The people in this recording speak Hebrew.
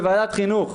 בוועדת חינוך,